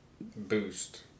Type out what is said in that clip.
Boost